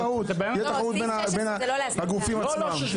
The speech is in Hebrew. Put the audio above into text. אז תהיה תחרות בין הגופים עצמם.